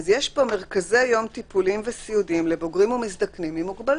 אז יש פה: מרכזי יום טיפוליים וסיעודיים לבוגרים ומזדקנים עם מוגבלות.